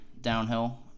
downhill